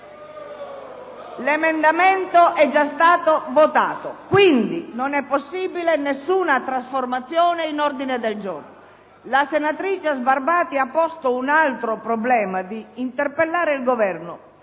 L’emendamento egia stato votato, quindi non epossibile nessuna trasformazione in ordine del giorno. La senatrice Sbarbati ha posto un altro problema: di interpellare il Governo,